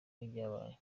n’ibyabaye